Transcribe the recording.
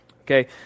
Okay